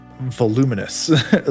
voluminous